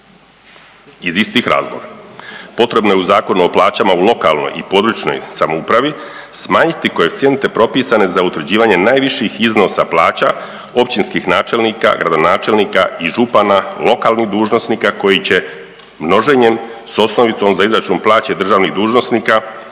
Iz istih razloga potrebno je u Zakonu o plaćama u lokalnoj i područnoj samoupravi smanjiti koeficijente propisane za utvrđivanje najviših iznosa plaća općinskih načelnika, gradonačelnika i župana, lokalnih dužnosnika koji će množenjem s osnovicom za izračun plaće državnih dužnosnika